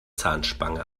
zahnspange